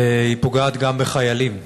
היא פוגעת גם בחיילים.